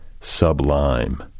Sublime